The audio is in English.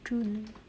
june